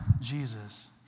Jesus